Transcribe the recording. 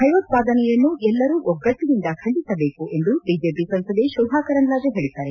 ಭಯೋತ್ಪಾದನೆಯನ್ನು ಎಲ್ಲರೂ ಒಗ್ಗಟ್ಟನಿಂದ ಖಂಡಿಸಬೇಕು ಎಂದು ಬಿಜೆಪಿ ಸಂಸದೆ ಶೋಭಾ ಕರಂದ್ನಾಜೆ ಹೇಳಿದ್ದಾರೆ